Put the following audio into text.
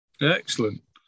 Excellent